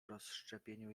rozszczepieniu